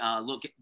look